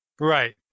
Right